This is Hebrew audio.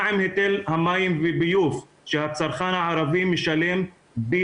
מה עם היטל המים וביוב שהצרכן הערבי משלם פי